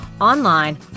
online